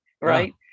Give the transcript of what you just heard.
Right